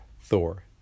Thor